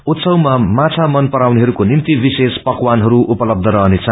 उत्सवमा माछा मन पराउनेहरूको निम्ति विशेष पकवानहरू उपलब्ध रहनेछ